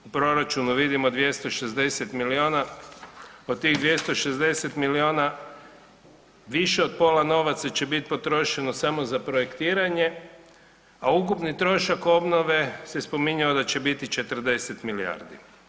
U proračunu vidimo 260 miliona, od tih 260 miliona više od pola novaca će biti potrošeno samo za projektiranje, a ukupni trošak obnove se spominjao da će biti 40 milijardi.